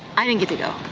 i didn't get to go.